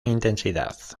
intensidad